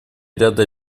ряда